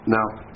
Now